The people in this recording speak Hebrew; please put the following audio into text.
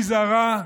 מי זרע,